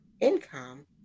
income